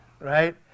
right